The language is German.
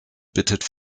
bittet